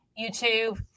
youtube